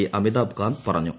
്അമിതാഭ്കാന്ത് പറഞ്ഞു